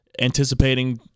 anticipating